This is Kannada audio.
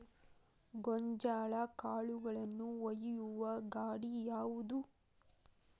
ಗೋಂಜಾಳ ಕಾಳುಗಳನ್ನು ಒಯ್ಯುವ ಗಾಡಿ ಯಾವದು?